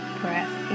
breath